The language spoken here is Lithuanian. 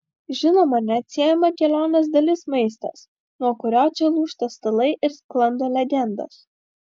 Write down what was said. žinoma neatsiejama kelionės dalis maistas nuo kurio čia lūžta stalai ir sklando legendos